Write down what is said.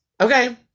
Okay